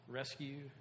rescue